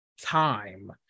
time